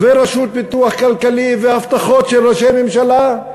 ורשות פיתוח כלכלי, והבטחות של ראשי ממשלה.